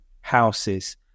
houses